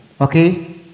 Okay